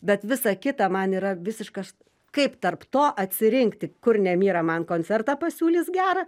bet visa kita man yra visiškas kaip tarp to atsirinkti kur nemira man koncertą pasiūlys gerą